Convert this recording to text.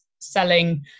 selling